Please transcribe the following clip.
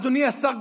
אדוני השר,